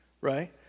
right